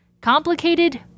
Complicated